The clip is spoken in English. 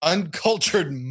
Uncultured